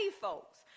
folks